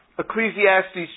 Ecclesiastes